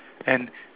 and